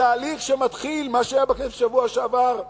מה שהיה בכנסת בשבוע שעבר.